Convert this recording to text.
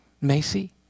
Macy